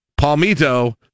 palmito